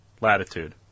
Latitude